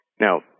Now